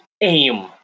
Aim